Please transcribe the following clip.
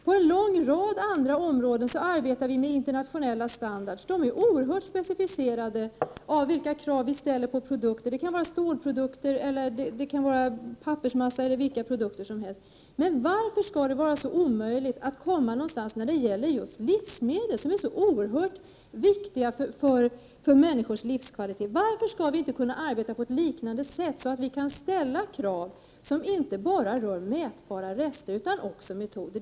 På en lång rad andra områden arbetar man med internationella standarder som är oerhört specificerade. Det kan gälla krav vi ställer på stålprodukter, pappersmassa eller snart sagt vad som helst. Varför skall det vara så omöjligt att komma någonstans när det gäller just livsmedel, som är så oerhört viktiga för människors livskvalitet? Varför skall vi inte kunna arbeta på ett liknande sätt, så att vi kan ställa krav som inte bara rör mätbara röster utan också produktionsmetoder?